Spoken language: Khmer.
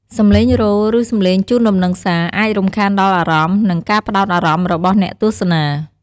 សំឡេងរោទ៍ ឬសំឡេងជូនដំណឹងសារ អាចរំខានដល់អារម្មណ៍ និងការផ្ដោតអារម្មណ៍របស់អ្នកទស្សនា។